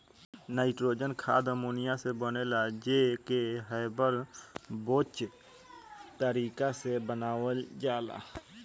nitrogen खाद ammonia से बनेला जे के हैबर बोच तारिका से बनावल जाला